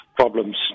Problems